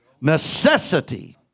Necessity